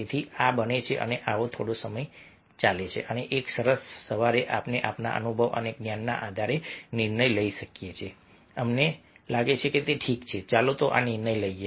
તેથી આ બને છે આ થોડો સમય ચાલે છે અને એક સરસ સવારે આપણે આપણા અનુભવ અને જ્ઞાનના આધારે નિર્ણય લઈએ છીએ અમને લાગે છે કે ઠીક છે ચાલો આ નિર્ણય લઈએ